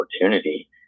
opportunity